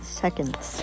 seconds